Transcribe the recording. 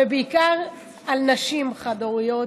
ובעיקר על נשים חד-הוריות,